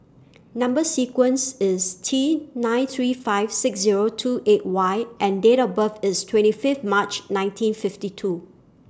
Number sequence IS T nine three five six Zero two eight Y and Date of birth IS twenty five March nineteen fifty two